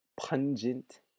Pungent